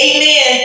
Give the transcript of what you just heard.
Amen